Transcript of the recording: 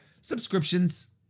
subscriptions